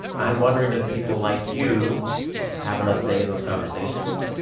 i'm wondering if people like you have enough say in those conversations.